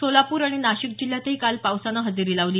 सोलापूर आणि नाशिक जिल्ह्यातही काल पावसानं हजेरी लावली